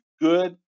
good